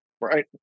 right